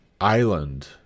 island